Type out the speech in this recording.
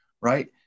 right